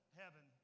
heaven